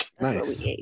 Nice